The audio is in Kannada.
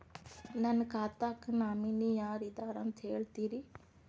ನನ್ನ ಖಾತಾಕ್ಕ ನಾಮಿನಿ ಯಾರ ಇದಾರಂತ ಹೇಳತಿರಿ?